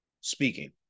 speaking